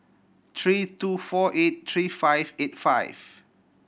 three two four eight three five eight five